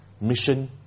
mission